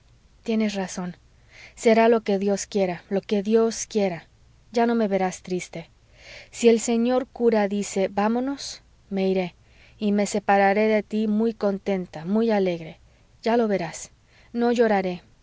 tienes razón será lo que dios quiera lo que dios quiera ya no me verás triste si el señor cura dice vámonos me iré y me separaré de tí muy contenta muy alegre ya lo verás no lloraré